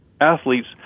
athletes